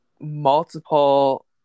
multiple